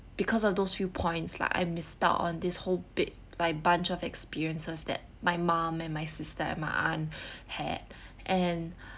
because of those few points lah I missed out on this whole bit by bunch of experiences that my mum and my sister and my aunt had and